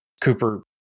Cooper